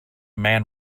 man